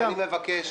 אני מבקש.